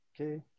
Okay